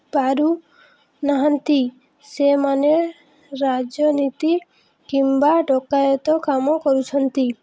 ପାରୁନାହାନ୍ତି ସେମାନେ ରାଜନୀତି କିମ୍ବା ଡକାୟତ କାମ କରୁଛନ୍ତି